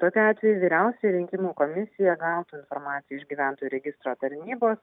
tokiu atveju vyriausioji rinkimų komisija gautų informaciją iš gyventojų registro tarnybos